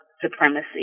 supremacy